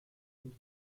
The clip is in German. und